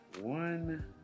one